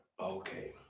Okay